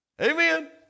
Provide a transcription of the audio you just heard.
Amen